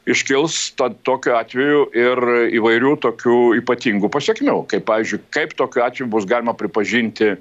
iškils tad tokiu atveju ir įvairių tokių ypatingų pasekmių kaip pavyzdžiui kaip tokiu atveju bus galima pripažinti